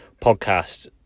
podcast